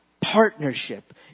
partnership